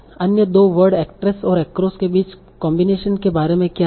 अन्य 2 word actress और across के बीच कॉम्बिनेशन के बारे में क्या है